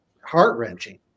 heart-wrenching